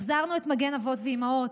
החזרנו את מגן אבות ואימהות,